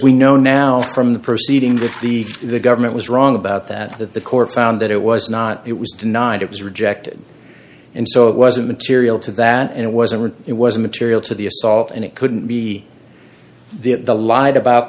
we know now from the proceeding that the the government was wrong about that that the court found that it was not it was denied it was rejected and so it wasn't material to that and it wasn't it was material to the assault and it couldn't be the lied about